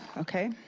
okay,